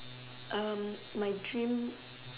um my dream